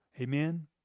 Amen